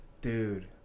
Dude